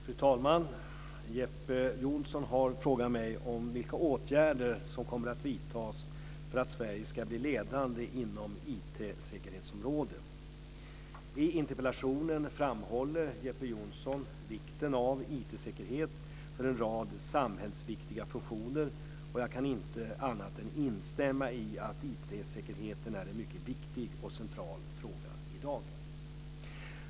Fru talman! Jeppe Johnsson har frågat mig om vilka åtgärder som kommer att vidtas för att Sverige ska bli ledande inom IT-säkerhetsområdet. I interpellationen framhåller Jeppe Johnsson vikten av IT säkerhet för en rad samhällsviktiga funktioner, och jag kan inte annat än instämma i att IT-säkerheten är en mycket viktig och central fråga i dag.